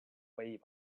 way